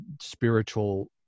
spiritual